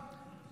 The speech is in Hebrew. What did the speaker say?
באירופה,